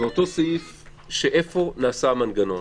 לאותו סעיף איפה נעשה המנגנון.